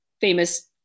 famous